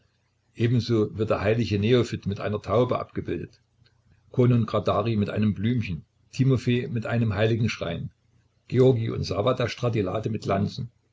ebenso wird der heilige neophit mit einer taube abgebildet konon gradarij mit einem blümchen timofej mit einem heiligenschrein georgij und ssawwa der stratilate mit lanzen